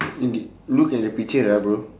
eh dey look at the picture ah bro